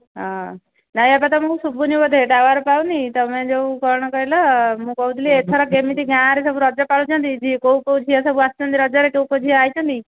ହଁ ନାଇଁ ବାପା ତୁମକୁ ଶୁଭୁନି ବୋଧେ ଟାୱାର୍ ପାଉନି ତୁମେ ଯେଉଁ କ'ଣ କହିଲ ମୁଁ କହୁଥିଲି ଏଥର କେମିତି ଗାଁରେ ସବୁ ରଜ ପାଳୁଛନ୍ତି ଯେ କେଉଁ କେଉଁ ଝିଅ ସବୁ ଆସିଛନ୍ତି ରଜରେ କେଉଁ କେଉଁ ଝିଅ ରଜରେ ଆସିଛନ୍ତି